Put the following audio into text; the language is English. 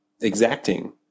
exacting